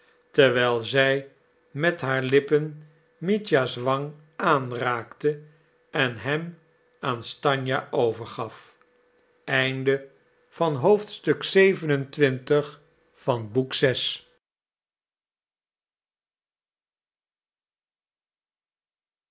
terwijl zij met haar lippen mitja's wang aanraakte en hem aan stanja overgaf xxviii